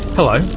hello,